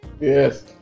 Yes